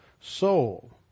soul